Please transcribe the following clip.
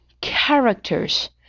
Characters